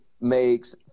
makes